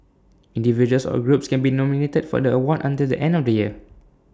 individuals or groups can be nominated for the award until the end of the year